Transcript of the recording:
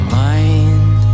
mind